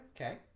okay